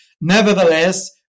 Nevertheless